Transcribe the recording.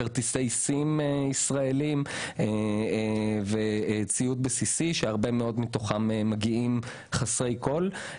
כרטיסי סים ישראליים וציוד בסיסי כי הרבה מאוד מתוכם מגיעים חסרי כל.